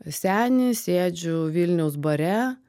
senį sėdžiu vilniaus bare